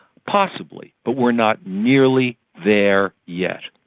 possibly. but we are not nearly there yet.